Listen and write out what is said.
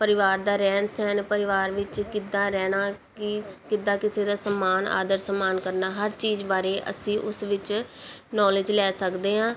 ਪਰਿਵਾਰ ਦਾ ਰਹਿਣ ਸਹਿਣ ਪਰਿਵਾਰ ਵਿੱਚ ਕਿੱਦਾਂ ਰਹਿਣਾ ਕਿ ਕਿੱਦਾਂ ਕਿਸੇ ਦਾ ਸਨਮਾਨ ਆਦਰ ਸਨਮਾਨ ਕਰਨਾ ਹਰ ਚੀਜ਼ ਬਾਰੇ ਅਸੀਂ ਉਸ ਵਿੱਚ ਨੌਲੇਜ ਲੈ ਸਕਦੇ ਹਾਂ